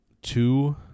Two